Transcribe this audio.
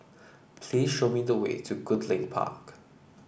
please show me the way to Goodlink Park